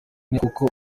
nkuko